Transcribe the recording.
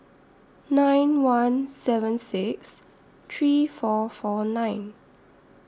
nine one seven six three four four nine